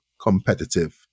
competitive